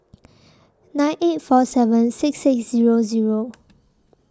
nine eight four seven six six Zero Zero